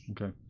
Okay